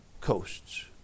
coasts